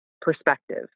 perspective